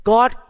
God